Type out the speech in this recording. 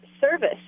service